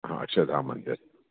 हा अक्षरधाम मंदरु